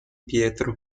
pietro